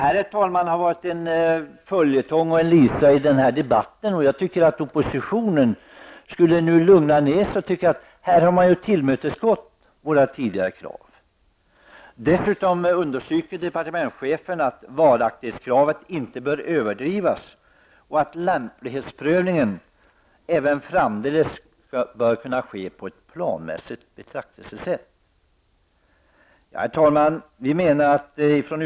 Herr talman! Detta har varit en följetong och en lisa i denna debatt. Jag tycker att oppositionen nu skulle lugna ner sig och se att man här har tillmötesgått deras tidigare krav. Dessutom understryker departementschefen att varaktighetskravet inte bör överdrivas och att lämplighetsprövningen även framdeles bör kunna ske på ett planmässigt sätt. Herr talman!